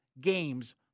games